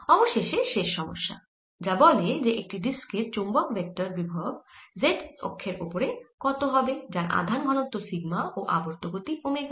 অবশেষে শেষ সমস্যা যা বলে যে একটি ডিস্কের চৌম্বক ভেক্টর বিভব z অক্ষের ওপরে কত হবে যার আধান ঘনত্ব সিগমা ও আবর্ত গতি ওমেগা